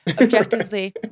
objectively